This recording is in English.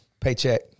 paycheck